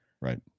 Right